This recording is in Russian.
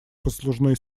послужной